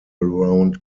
around